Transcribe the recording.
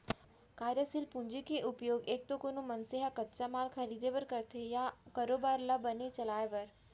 कारयसील पूंजी के परयोग एक तो कोनो मनसे ह कच्चा माल खरीदें बर करथे या अपन कारोबार ल बने बरोबर चलाय बर